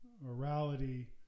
morality